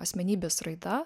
asmenybės raida